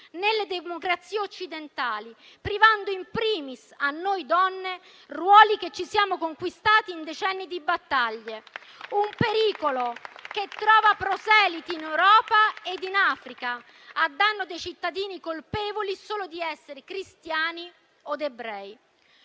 nelle democrazie occidentali, privando *in primis* a noi donne ruoli che ci siamo conquistate in decenni di battaglie. Un pericolo che trova proseliti in Europa ed in Africa, a danno dei cittadini colpevoli solo di essere cristiani od ebrei.